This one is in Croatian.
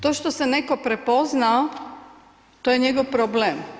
To što se netko prepoznao to je njegov problem.